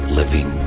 living